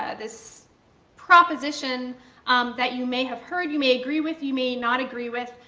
ah this proposition that you may have heard, you may agree with, you may not agree with,